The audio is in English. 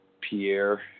Pierre